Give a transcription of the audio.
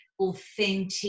authentic